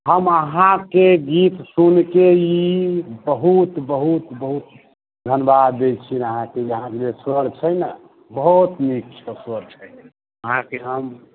हम अहाँके गीत सुनिके ई बहुत बहुत बहुत धन्यवाद दैत छी अहाँकेँ जे अहाँके स्वर छै ने बहुत नीक छै स्वर छै अहाँकेँ हम